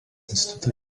instituto